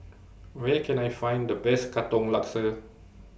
Where Can I Find The Best Katong Laksa